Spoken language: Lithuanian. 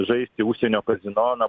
žaisti užsienio kazinona